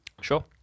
Sure